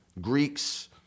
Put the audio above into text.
Greeks